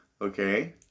Okay